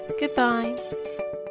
Goodbye